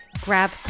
grab